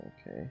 Okay